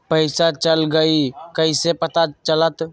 पैसा चल गयी कैसे पता चलत?